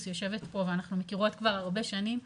יושבת פה ואנחנו מכירות כבר הרבה שנים.